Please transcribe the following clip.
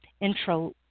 Intro